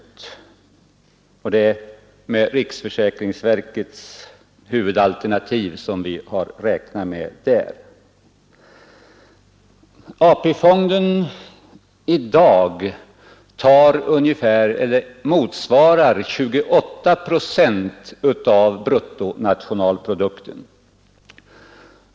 Vi har där räknat med riksförsäkringsverkets huvudalternativ. AP-fonden motsvarar i dag ungefär 28 procent av bruttonationalprodukten.